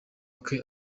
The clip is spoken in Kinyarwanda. ake